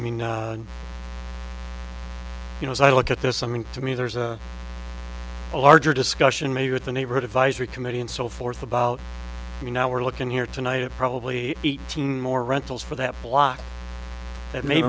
mean you know as i look at this i mean to me there's a larger discussion maybe at the neighborhood advisory committee and so forth about you now we're looking here tonight and probably eighteen more rentals for that block that may